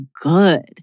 good